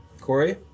Corey